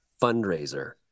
fundraiser